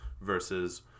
versus